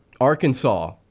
Arkansas